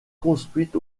construite